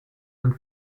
and